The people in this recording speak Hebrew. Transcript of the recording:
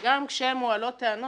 גם כשמועלות טענות,